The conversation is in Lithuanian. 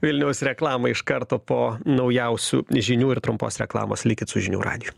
vilniaus reklamą iš karto po naujausių žinių ir trumpos reklamos likit su žinių radiju